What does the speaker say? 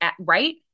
right